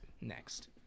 next